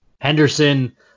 Henderson